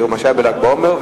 על מה שהיה בל"ג בעומר.